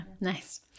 Nice